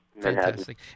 Fantastic